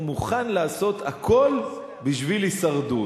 הוא מוכן לעשות הכול בשביל הישרדות.